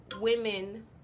women